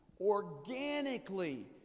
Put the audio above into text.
organically